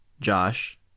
Josh